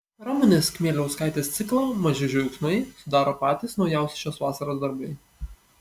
ramunės kmieliauskaitės ciklą maži džiaugsmai sudaro patys naujausi šios vasaros darbai